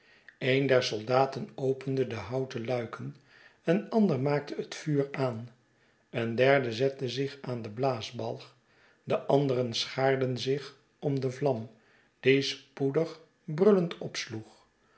een der soldaten opende de houten luiken een ander maakte het vuur aan een derde zette zich aan den blaasbalg de anderen schaarden zich om de vlam die spoedig brullend opsloeg